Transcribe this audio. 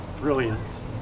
brilliance